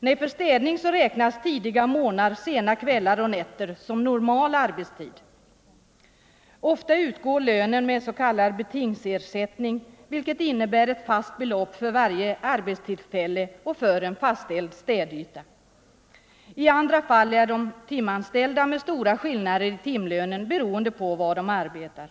Nej, för städning räknas tidiga morgnar, sena kvällar och nätter som normal arbetstid. Ofta utgår lönen med s.k. betingsersättning, vilket innebär ett fast belopp för varje arbetstillfälle och för en fastställd städyta. I andra fall är städerskorna timanställda med stora skillnader i timlönen beroende på var de arbetar.